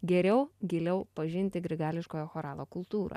geriau giliau pažinti grigališkojo choralo kultūrą